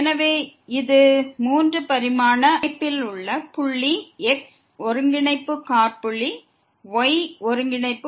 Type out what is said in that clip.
எனவே இது 3 பரிமாண அமைப்பில் உள்ள புள்ளி x ஒருங்கிணைப்பு காற்புள்ளி y ஒருங்கிணைப்பு மற்றும் fxy